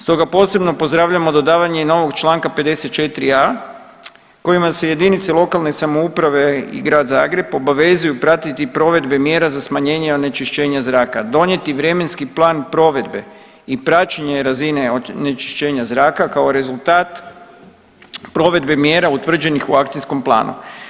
Stoga posebno pozdravljamo dodavanje i novog Članka 54a. kojima se jedinice lokalne samouprave i Grad Zagreb obavezuju pratiti provedbe mjera za smanjenje onečišćenje zraka, donijeti vremenski plan provedbe i praćenje razine onečišćenja zraka kao rezultat provedbe mjera utvrđenih u akcijskom planu.